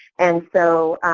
and so,